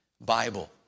Bible